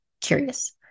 curious